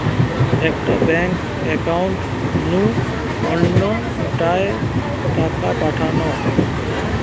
একটা bank account নু অন্য টায় টাকা পাঠানো